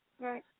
Right